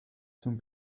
zum